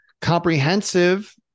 Comprehensive